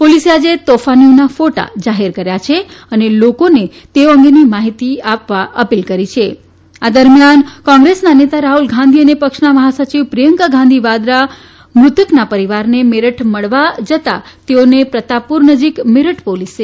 પોલીસે આજે તોફાનીઓના ફોટોગ્રાફ જાહેર કર્યા છે અને લોકોને તેઓ અંગેની માફીતી આપવા અપીલ કરવામાં આવી છે આ દરમિયાન કોંગ્રેસના નેતા રાહ્લ ગાંધી અને પક્ષના મહાસચિવ પ્રિયંકા ગાંધી વાડરા મૃતકના પરિવારને મેરઠ મળવા જતાં તેઓની પ્રતાપપુર નજીક મેરઠ પોલીસે અટકાવ્યા છે